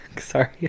Sorry